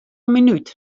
minút